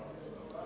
Hvala